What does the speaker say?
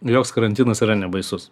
joks karantinas yra nebaisus